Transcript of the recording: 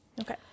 Okay